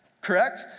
correct